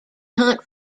hunt